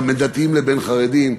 גם בין דתיים לבין חרדים,